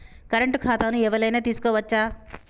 Current ఖాతాను ఎవలైనా తీసుకోవచ్చా?